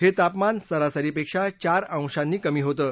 हे तापमान सरासरीपेक्षा चार अंशांनी कमी होतं